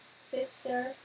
Sister